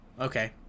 Okay